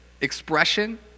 expression